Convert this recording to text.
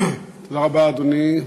תודה רבה, אדוני.